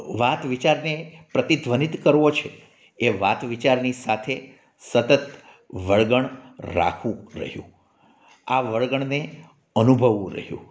વાત વિચારને પ્રતિધ્વનિત કરવો છે એ વાત વિચારની સાથે સતત વળગણ રાખવું રહ્યું આ વળગણ ને અનુભવવું રહ્યું